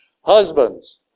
Husbands